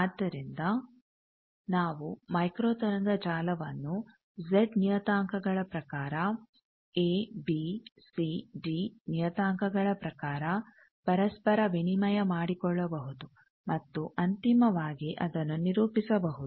ಆದ್ದರಿಂದ ನಾವು ಮೈಕ್ರೋ ತರಂಗ ಜಾಲವನ್ನು ಜೆಡ್ ನಿಯತಾಂಕಗಳ ಪ್ರಕಾರ ಎ ಬಿ ಸಿ ಡಿ ನಿಯತಾಂಕಗಳ ಪ್ರಕಾರ ಪರಸ್ಪರ ವಿನಿಮಯ ಮಾಡಿಕೊಳ್ಳಬಹುದು ಮತ್ತು ಅಂತಿಮವಾಗಿ ಅದನ್ನು ನಿರೂಪಿಸಬಹುದು